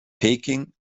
peking